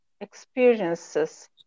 experiences